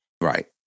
right